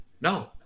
No